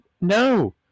No